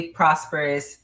prosperous